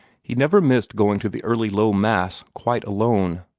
he never missed going to the early low mass, quite alone.